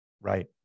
Right